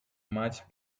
much